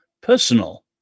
personal